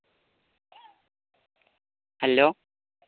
hello